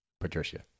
Patricia